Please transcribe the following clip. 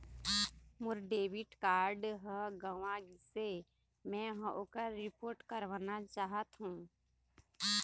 मोर debit card ह गंवा गिसे, मै ह ओकर रिपोर्ट करवाना चाहथों